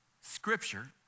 Scripture